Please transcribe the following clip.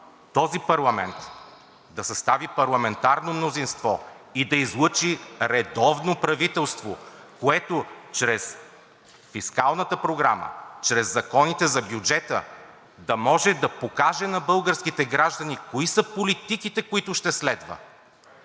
този парламент – да състави парламентарно мнозинство и да излъчи редовно правителство, което чрез Фискалната програма и чрез законите за бюджета да може да покаже на българските граждани кои са политиките, които ще следва,